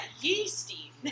yeasty